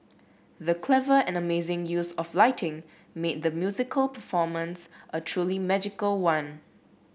the clever and amazing use of lighting made the musical performance a truly magical one